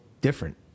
different